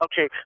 okay